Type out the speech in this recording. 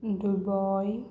Dubai